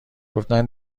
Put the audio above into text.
گفتن